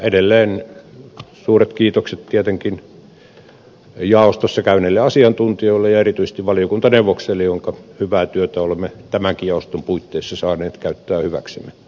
edelleen suuret kiitokset tietenkin jaostossa käyneille asiantuntijoille ja erityisesti valiokuntaneuvokselle jonka hyvää työtä olemme tämänkin jaoston puitteissa saaneet käyttää hyväksemme